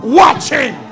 watching